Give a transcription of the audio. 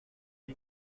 der